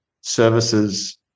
services